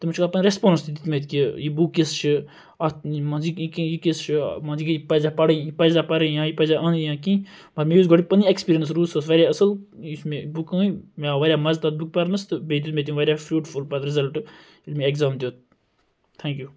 تمن چھکھ آسان ریٚسپانٕس تہِ دِتمٕتۍ یہِ بُک کِژھ چھِ اتھ مَنٛز یہِ کِژھ یہِ کِژھ چھِ یہِ پَزا پَرٕنۍ یہِ پَزنہ پَرٕنۍ یا یہِ پَزا اَنٕنۍ یا کینٛہہ مگر مےٚ یۄس گۄدٕ پَنٕنۍ ایٚکسپیٖریَنس روٗز سۄ ٲسۍ واریاہ اصل یُس مےٚ بُک أنۍ مےٚ آو واریاہ مَزٕ تتھ بُکہِ پَرنَس تہٕ بیٚیہِ دیُت مےٚ تٔمۍ واریاہ فروٗٹفُل پَتہٕ رِزَلٹ ییٚلہِ مےٚ ایٚگزام دیُت تھینٛک یوٗ